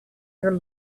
your